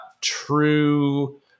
true